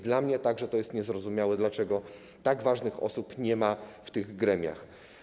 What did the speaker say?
Dla mnie jest to niezrozumiałe, dlaczego tak ważnych osób nie ma w tych gremiach.